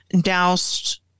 doused